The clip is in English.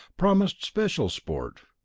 promised special sport.